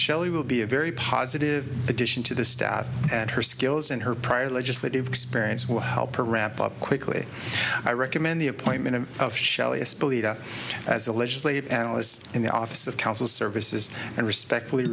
shelley will be a very positive addition to the staff at her skills and her prior legislative experience will help her wrap up quickly i recommend the appointment of shelley a splitter as the legislative analyst in the office of council services and respectfully